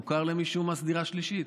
מוכר למישהו מס דירה שלישית?